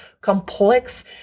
complex